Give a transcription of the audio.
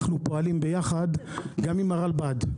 אנחנו פועלים ביחד עם הרלב"ד,